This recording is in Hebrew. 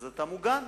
אתה מוגן.